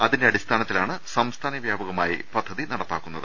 അതിന്റെ അടിസ്ഥാനത്തിലാണ് സംസ്ഥാന വ്യാപകമായി പദ്ധതി നടപ്പാക്കുന്നത്